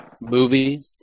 movie